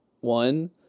one